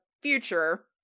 future